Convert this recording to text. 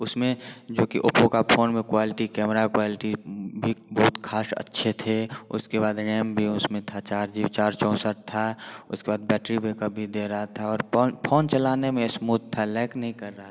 उसमें जो कि ओप्पो का फ़ोन में क्वालिटी कैमरा क्वालिटी भी बहुत ख़ास अच्छे थे उसके बाद रैम भी उसमें था चार जी बी चार चौंसठ था उसके बाद बैटरी बैकअप भी दे रहा था और पोन फ़ोन चलाने में स्मूथ था लैक नहीं कर रहा था